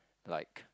like